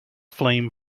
flame